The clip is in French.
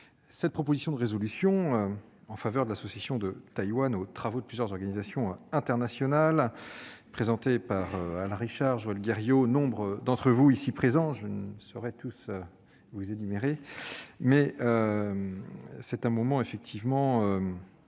cette proposition de résolution en faveur de l'association de Taïwan aux travaux de plusieurs organisations internationales, présentée par Alain Richard, Joël Guerriau et nombre d'entre vous ici présents, que je ne saurais tous citer. C'est un moment effectivement utile